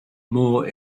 more